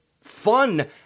fun